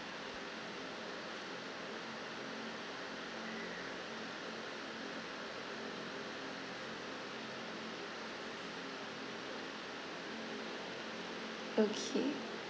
okay